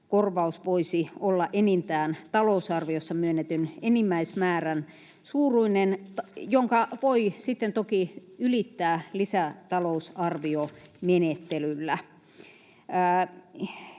korvaus voisi olla enintään talousarviossa myönnetyn enimmäismäärän suuruinen, jonka voi sitten toki ylittää lisätalousarviomenettelyllä.